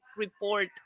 Report